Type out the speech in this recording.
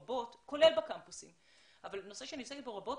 כולל בקמפוסים וזה נושא שאני עוסקת בו רבות.